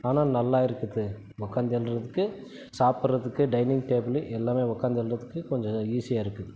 ஆனால் நல்லா இருக்குது உக்கார்ந்து எழறதுக்கு சாப்பிட்றதுக்கு டைனிங் டேபிளு எல்லாமே உக்கார்ந்து எழறதுக்கு கொஞ்சம் ஈஸியாக இருக்குது